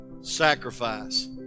sacrifice